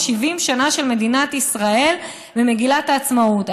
היום, 70 שנה של מדינת ישראל, במגילת העצמאות?